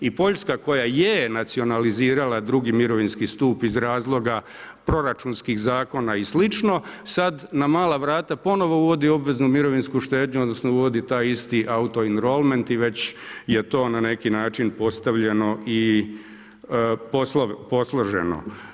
I Poljska koja je nacionalizirala drugi mirovinski stup iz razloga proračunskih zakona i slično sada na mala vrata ponovno uvodi obveznu mirovinsku štednju, odnosno vodi taj isti auto enrolment i već je to na neki način postavljeno i posloženo.